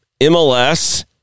MLS